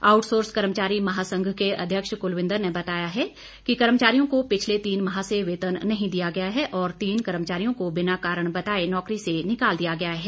outsource कर्मचारी महासंघ के अध्यक्ष कुलविन्द्र ने बताया है कि कर्मचारियों को पिछले तीन माह से वेतन नही दिया गया है और तीन कर्मचारियों को बिना कारण बताए नौकरी से निकाल दिया गया है